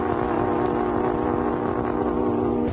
know